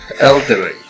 Elderly